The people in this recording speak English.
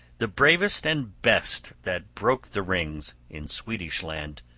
the bravest and best that broke the rings, in swedish land,